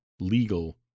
legal